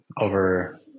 over